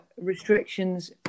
restrictions